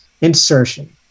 insertion